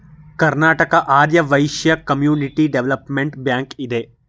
Karnataka Arya Vaishya community development bank ಇದೆ